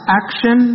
action